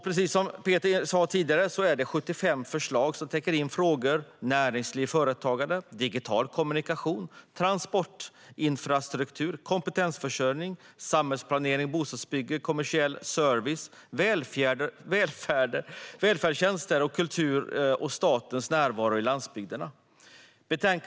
Precis som Peter sa tidigare innehåller betänkandet 75 förslag som täcker in frågor gällande näringsliv och företagande, digital kommunikation, transportinfrastruktur, kompetensförsörjning, samhällsplanering och bostadsbyggande, kommersiell service, välfärdstjänster, kultur och statens närvaro i landsbygderna.